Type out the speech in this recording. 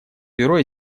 бюро